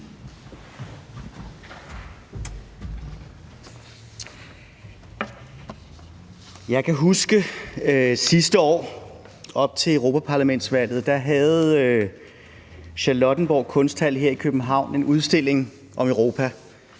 Jeg kan huske fra sidste år op til europaparlamentsvalget, at Charlottenborg Kunsthal her i København havde en udstilling om Europa